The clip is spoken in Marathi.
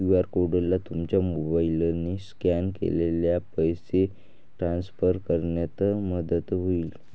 क्यू.आर कोडला तुमच्या मोबाईलने स्कॅन केल्यास पैसे ट्रान्सफर करण्यात मदत होईल